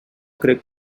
crec